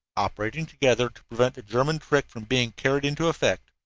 operating together, to prevent the german trick from being carried into effect.